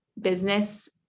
business